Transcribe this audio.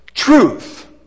Truth